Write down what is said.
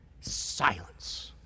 silence